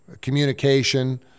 communication